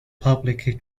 publicly